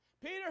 Peter